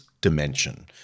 dimension